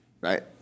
Right